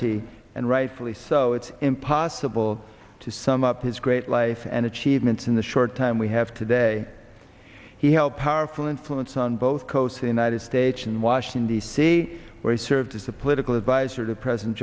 valenti and rightfully so it's impossible to sum up his great life and achievements in the short time we have today he helped our full influence on both coasts the united states in washington d c where he served as a political advisor to president